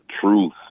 truth